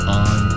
on